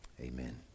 Amen